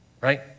Right